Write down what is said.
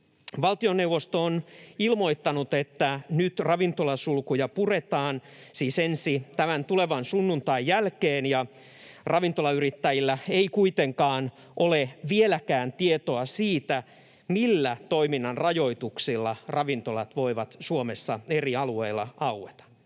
Valtioneuvosto on ilmoittanut, että ravintolasulkuja puretaan tulevan sunnuntain jälkeen. Ravintolayrittäjillä ei kuitenkaan ole vieläkään tietoa siitä, millä toiminnan rajoituksilla ravintolat voivat Suomessa eri alueilla aueta.